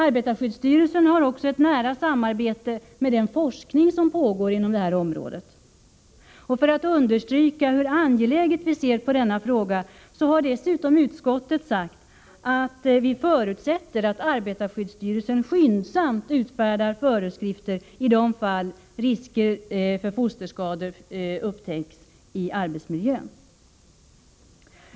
Arbetarskyddsstyrelsen har också ett nära samarbete med den forskning som pågår inom detta område. För att understryka hur angelägen vi anser att denna fråga är har utskottet dessutom sagt att utskottet förutsätter att arbetarskyddsstyrelsen skyndsamt utfärdar föreskrifter i de fall risker för fosterskador upptäcks i arbetsmiljön.